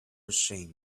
ashamed